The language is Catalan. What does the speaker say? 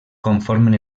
conformen